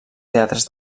teatres